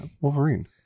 Wolverine